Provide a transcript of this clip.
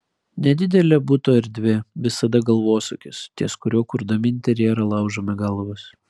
nedidelė buto erdvė visada galvosūkis ties kuriuo kurdami interjerą laužome galvas